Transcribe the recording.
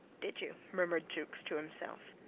did you? murmured jukes to himself.